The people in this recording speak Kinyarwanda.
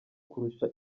kurusha